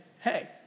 Hey